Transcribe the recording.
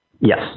Yes